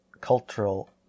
cultural